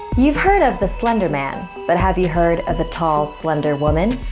you've heard of the slenderman but have you heard of the tall slenderwoman?